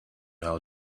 how